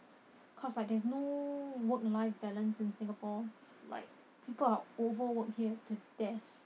cause like there's no work life balance in singapore like people are overworked here to death